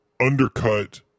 undercut